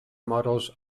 models